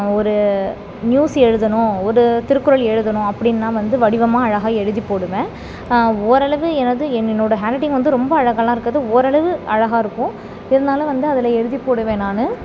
ஒரு நியூஸ் எழுதணும் ஒரு திருக்குறள் எழுதணும் அப்படின்னா வந்து வடிவமாக அழகாக எழுதி போடுவேன் ஓரளவு எனது என் என்னோட ஹாண்ட் ரைட்டிங் வந்து ரொம்ப அழகாகலாம் இருக்காது ஓரளவு அழகாக இருக்கும் இருந்தாலும் வந்து அதில் எழுதி போடுவேன் நான்